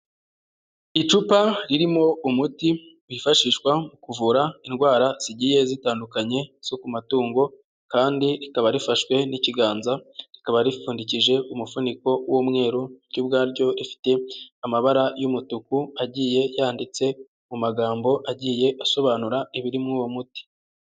Icupa ririmo umuti wifashishwa mu kuvura indwara zigiye zitandukanye zo ku matungo kandi rikaba rifashwe n'ikiganza, rikaba ripfundikije umufuniko w'umweru, ryo ubwaryo ifite amabara y'umutuku agiye yanditse mu magambo agiye asobanura ibiri muri uwo muti.